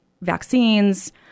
vaccines